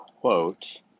quote